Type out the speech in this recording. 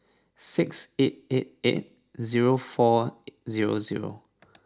six eight eight eight zero four zero zero